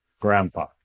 Grandpa